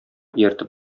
ияртеп